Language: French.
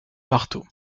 marteau